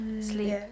Sleep